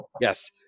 yes